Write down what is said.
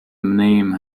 name